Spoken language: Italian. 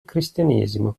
cristianesimo